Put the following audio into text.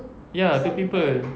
ya to people